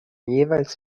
jeweils